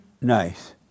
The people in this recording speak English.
Nice